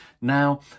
Now